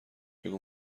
بگو